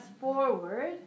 forward